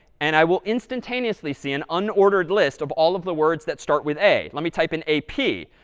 and i will instantaneously see an unordered list of all of the words that start with a. let me type in a p,